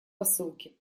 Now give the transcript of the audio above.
посылки